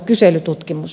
kyselytutkimus